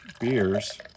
beers